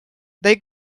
they